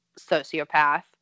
sociopath